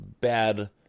bad